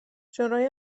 شورای